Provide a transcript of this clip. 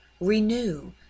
renew